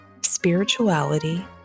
spirituality